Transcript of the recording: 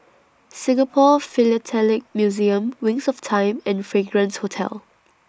Singapore Philatelic Museum Wings of Time and Fragrance Hotel